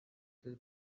this